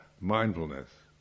mindfulness